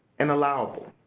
and allowable,